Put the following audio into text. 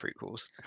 prequels